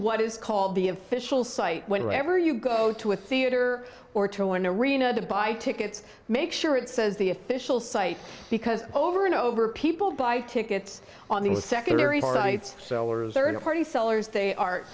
what is called the official site where ever you go to a theater or to an arena to buy tickets make sure it says the official site because over and over people buy tickets on the secondary right sellers